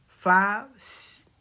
Five